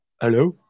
hello